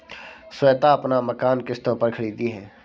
श्वेता अपना मकान किश्तों पर खरीदी है